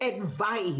advice